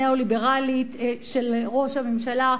הניאו-ליברלית של ראש הממשלה,